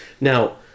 Now